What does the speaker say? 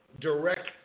direct